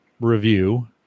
review